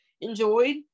enjoyed